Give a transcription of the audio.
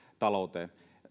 talouteen